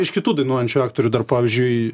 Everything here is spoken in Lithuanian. iš kitų dainuojančių aktorių dar pavyzdžiui